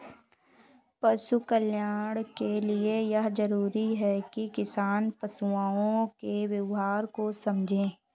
पशु कल्याण के लिए यह जरूरी है कि किसान पशुओं के व्यवहार को समझे